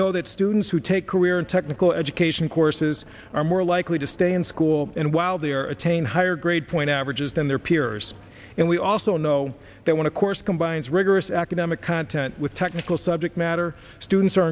know that students who take career in technical education courses are more likely to stay in school and while they are attain higher grade point averages than their peers and we also know that want to course combines rigorous academic content with technical subject matter students are